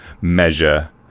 measure